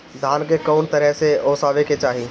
धान के कउन तरह से ओसावे के चाही?